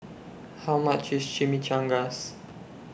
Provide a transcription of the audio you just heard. How much IS Chimichangas